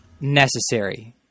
necessary